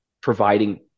providing